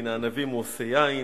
מן הענבים הוא עושה יין,